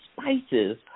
spices